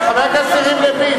את, חבר הכנסת יריב לוין.